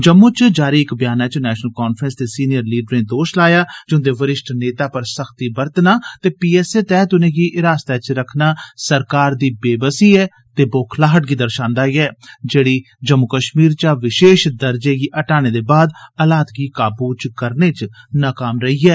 जम्मू च जारी इक ब्यानै च नेशनल कांफ्रेंस दे सीनियर लीडरे दोश लाया जे उन्दे वरिष्ठ नेता पर सख्ती बरतना ते पी एस ए तैहत उनेगी हिरासतै च रखना सरकार दी बेबसी ते बोखलाहट गी दर्शान्दा ऐ जेड़ी जम्मू कश्मीर चा विशेष दर्जे गी हटाने दे बाद हालात गी काबू च करने च नाकाम रेही ऐ